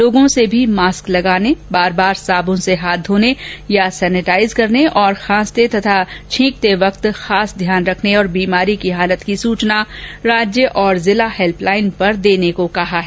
लोगों से भी मास्क लगाने बार बार साबून से हाथ धोने या सेनेटाइज करने औश्र खासंते तथा छींकते वक्त खास ध्यान रखने और बीमारी की हालत की सूचना राज्य और जिला हैल्पलाइन पर देने को कहा है